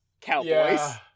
cowboys